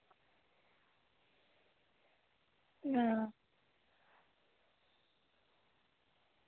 आं